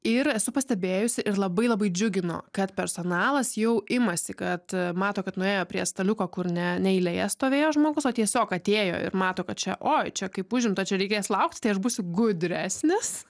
ir esu pastebėjusi ir labai labai džiugino kad personalas jau imasi kad mato kad nuėjo prie staliuko kur ne ne eilėje stovėjo žmogus o tiesiog atėjo ir mato kad čia o čia kaip užimta čia reikės laukti tai aš būsiu gudresnis